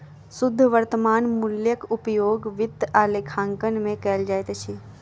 शुद्ध वर्त्तमान मूल्यक उपयोग वित्त आ लेखांकन में कयल जाइत अछि